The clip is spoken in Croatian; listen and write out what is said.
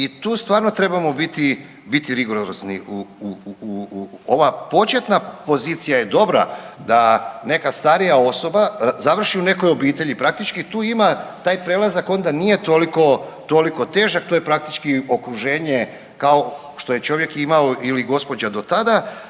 i tu stvarno trebamo biti rigorozni. Ova početna pozicija je dobra da neka starija osoba završi u nekoj obitelji, praktički tu ima taj prelazak onda nije toliko težak, to je praktički okruženje kao što je čovjek imao ili gospođa do tada